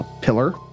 pillar